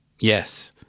Yes